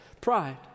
pride